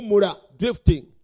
Drifting